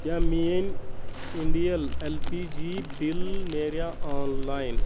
کیٛاہ میٲنۍ Indane L P G bill نیرا آنلایِن